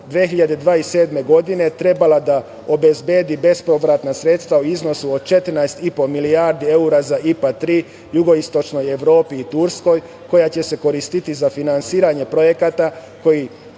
2027. godine treba da obezbedi bespovratna sredstva u iznosu od 14,5 milijardi evra za IPA 3 jugoistočnoj Evropi i Turskoj koja će se koristiti za finansiranje projekata koji